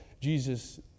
Jesus